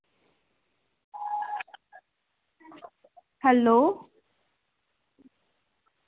hello